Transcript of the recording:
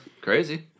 crazy